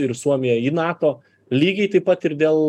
ir suomiją į nato lygiai taip pat ir dėl